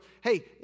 Hey